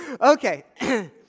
Okay